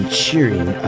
cheering